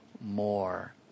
more